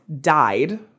died